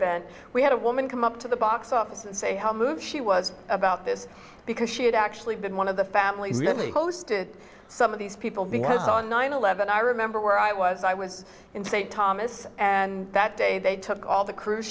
event we had a woman come up to the box office and say how moved she was about this because she had actually been one of the families really close to some of these people because on nine eleven i remember where i was i was in st thomas and that day they took all the cruise